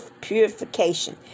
purification